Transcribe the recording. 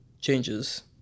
changes